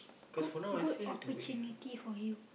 good good opportunity for you